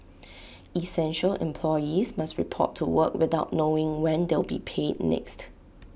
essential employees must report to work without knowing when they'll be paid next